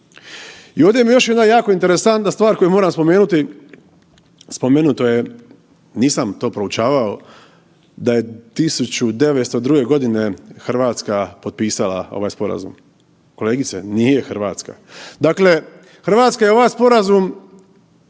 I ovdje mi je još jako interesantna stvar koju moram spomenuti, spomenuto je, nisam to proučavao da je 1902.g. RH potpisala ovaj sporazum. Kolegice, nije RH. Dakle Hrvatska je ovaj sporazum